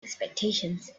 expectations